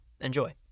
Enjoy